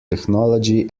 technology